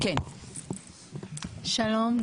שלום,